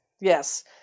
Yes